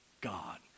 God